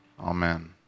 Amen